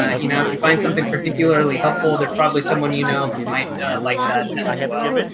ah you know, if you find something particularly helpful, there's probably someone you know who might like that as well.